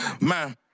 man